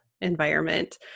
environment